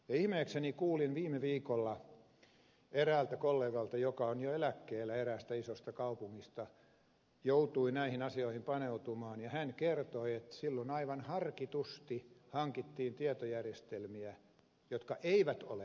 ihmeekseni kuulin viime viikolla eräältä kollegalta joka on jo eläkkeellä eräästä isosta kaupungista että hän joutui näihin asioihin paneutumaan ja silloin aivan harkitusti hankittiin tietojärjestelmiä jotka eivät ole yhteensopivia